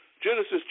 Genesis